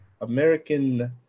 American